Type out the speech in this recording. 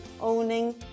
owning